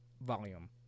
volume